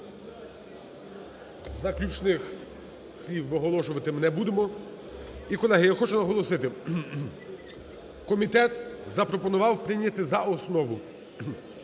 Заключних слів оголошувати ми не будемо. І, колеги, я хочу наголосити, комітет запропонував прийняти за основу,